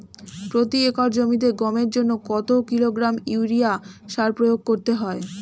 প্রতি একর জমিতে গমের জন্য কত কিলোগ্রাম ইউরিয়া সার প্রয়োগ করতে হয়?